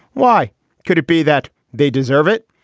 why could it be that they deserve it.